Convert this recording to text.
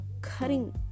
cutting